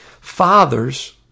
Fathers